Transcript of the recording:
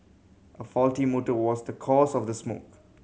a faulty motor was the cause of the smoke